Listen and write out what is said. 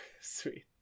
Sweet